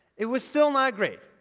it was still not great.